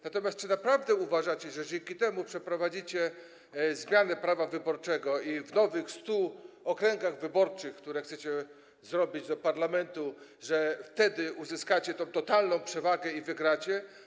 Natomiast czy naprawdę uważacie, że dzięki temu przeprowadzicie zmianę prawa wyborczego i w nowych 100 okręgach wyborczych, które chcecie zrobić w wyborach do parlamentu, uzyskacie wtedy tę totalną przewagę i wygracie?